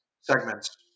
segments